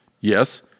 Yes